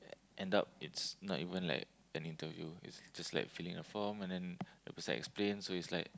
end up it's not even like an interview it's just like filling a form and then the person explain so it's like